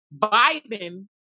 Biden